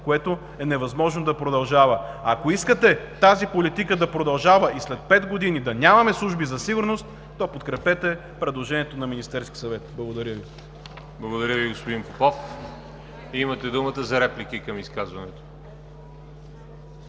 което е невъзможно да продължава. Ако искате тази политика да продължава и след пет години да нямаме служби за сигурност, то подкрепете предложението на Министерския съвет. Благодаря Ви. ПРЕДСЕДАТЕЛ ВАЛЕРИ ЖАБЛЯНОВ: Благодаря Ви, господин Попов. Имате думата за реплики към изказването.